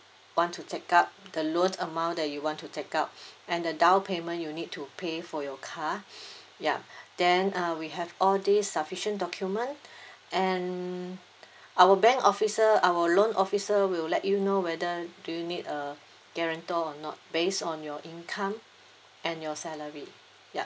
want to take up the loan amount that you want to take up and the down payment you need to pay for your car yup then uh we have all these sufficient document and our bank officer our loan officer will let you know whether do you need a guarantor or not based on your income and your salary yup